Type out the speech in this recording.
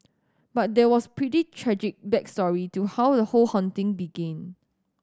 but there was pretty tragic back story to how the whole haunting began